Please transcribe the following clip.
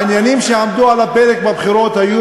העניינים שעמדו על הפרק בבחירות אז היו